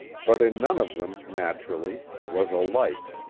but in none of them, naturally was a light.